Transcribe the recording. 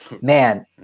man